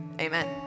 Amen